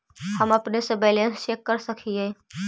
हम अपने से बैलेंस चेक कर सक हिए?